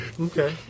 okay